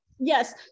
Yes